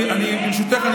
ברשותך,